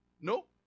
Nope